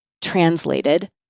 translated